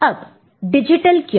अब डिजिटल क्यों